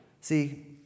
See